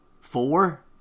Four